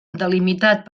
delimitat